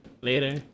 Later